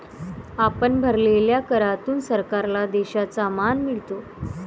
आपण भरलेल्या करातून सरकारला देशाचा मान मिळतो